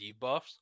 debuffs